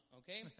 okay